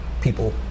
people